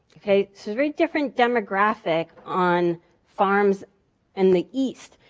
okay, so very different demographic on farms in the east.